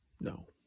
No